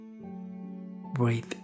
Breathe